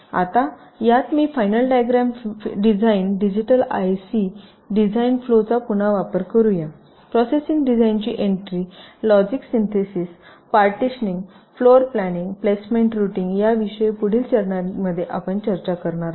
आता यात मी final diagram design digital IC design flow चा पुन्हा विचार करूया प्रोसेसिंग डिझाइनची entry logic synthesis partitioning floor planning placement routing याविषयी पुढील चरणांमध्ये आपण चर्चा करणार आहोत